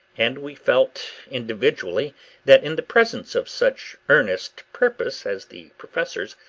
and we felt individually that in the presence of such earnest purpose as the professor's,